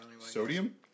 Sodium